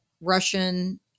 Russian